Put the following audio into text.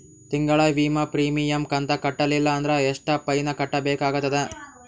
ತಿಂಗಳ ವಿಮಾ ಪ್ರೀಮಿಯಂ ಕಂತ ಕಟ್ಟಲಿಲ್ಲ ಅಂದ್ರ ಎಷ್ಟ ಫೈನ ಕಟ್ಟಬೇಕಾಗತದ?